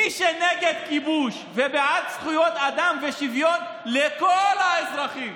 מי שנגד כיבוש ובעד זכויות אדם ושוויון לכל האזרחים,